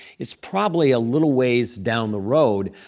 is probably a little ways down the road.